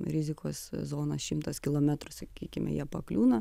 rizikos zona šimtas kilometrų sakykime jie pakliūna